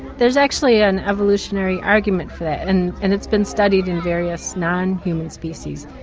there's actually an evolutionary argument for that and and it's been studied in various non-human species.